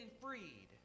freed